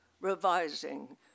revising